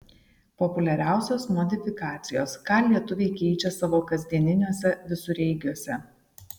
populiariausios modifikacijos ką lietuviai keičia savo kasdieniniuose visureigiuose